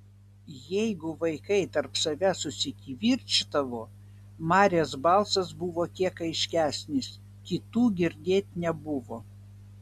jeigu vaikai tarp savęs susikivirčydavo marės balsas buvo kiek aiškesnis kitų girdėt nebuvo